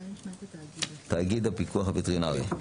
תחילה תאגיד הפיקוח הווטרינרי,